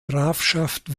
grafschaft